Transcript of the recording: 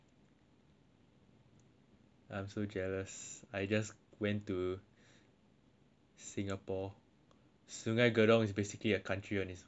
I'm so jealous I just went to Singapore sungei gedong is basically a country on its own lah not gonna lie